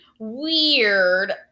weird